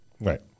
right